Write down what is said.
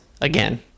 again